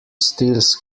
steals